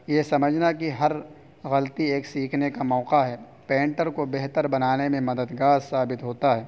یہ سمجھنا کہ ہر غلطی ایک سیکھنے کا موقع ہے پینٹر کو بہتر بنانے میں مددگار ثابت ہوتا ہے